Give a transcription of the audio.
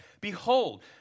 Behold